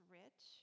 rich